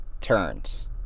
turns